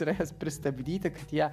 yra pristabdyti kad jie